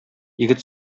егет